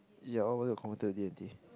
ya all of us got converted to D-and-T